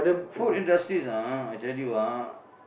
food industries ah I tell you ah